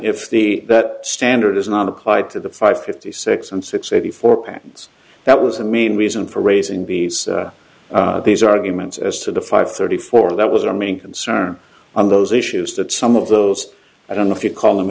if the that standard is not applied to the five fifty six and six eighty four pounds that was the main reason for raising the these arguments as to the five thirty four that was our main concern on those issues that some of those i don't know if you call them